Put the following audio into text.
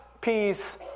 peace